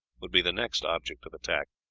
would be the next object of attack.